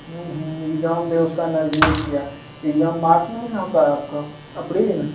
exam भी उसका नज़दीक ही है एग्जाम मार्च में ही होता आपका अप्रिल में